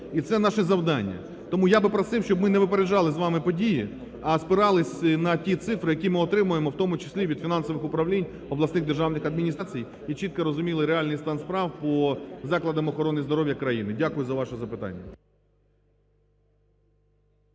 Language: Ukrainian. і це є наше завдання. Тому я би просив, щоб мине випереджали з вами події, а спиралися на ті цифри, які ми отримаємо, в тому числі, від фінансових управлінь обласних державних адміністрацій і чітко розуміли реальний стан справ по закладам охорони здоров'я країни. Дякую за ваше запитання.